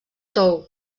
tou